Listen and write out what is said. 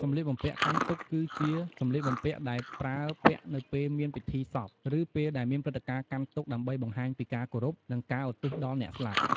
សម្លៀកបំពាក់កាន់ទុក្ខ គឺជាសម្លៀកបំពាក់ដែលប្រើពាក់នៅពេលមានពិធីសព ឬពេលដែលមានព្រឹត្តិការណ៍កាន់ទុក្ខដើម្បីបង្ហាញពីការគោរព និងការឧទ្ទិសដល់អ្នកស្លាប់។